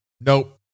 Nope